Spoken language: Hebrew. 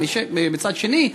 אבל מצד שני,